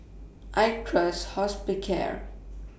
I Trust Hospicare